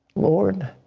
lord,